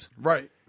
right